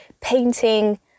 painting